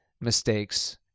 mistakes